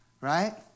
Right